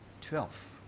Twelve